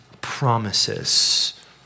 promises